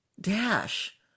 Dash